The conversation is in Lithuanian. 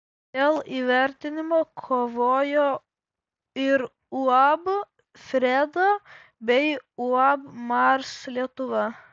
dėl įvertinimo kovojo ir uab freda bei uab mars lietuva